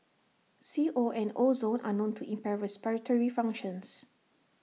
C O and ozone are known to impair respiratory functions